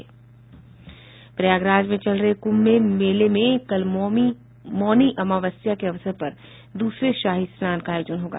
प्रयागराज में चल रहे कुंभ मेले में कल मौनी अमावस्या के अवसर पर दूसरे शाही स्नान का आयोजन होगा